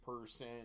person